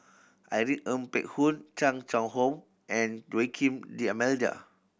Irene Ng Phek Hoong Chan Chang How and Joaquim D'Almeida